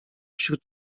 wśród